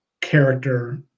character